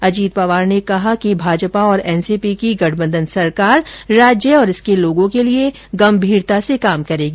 अजीत पवार ने कहा कि भाजपा और एनसीपी की गठबंधन सरकार राज्य और इसके लोगों के लिए गंभीरता से काम करेगी